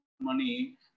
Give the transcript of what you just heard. money